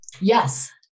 Yes